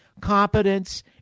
competence